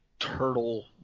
turtle